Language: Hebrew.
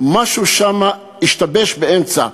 משהו שם השתבש באמצע,